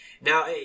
Now